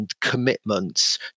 commitments